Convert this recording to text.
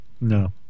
No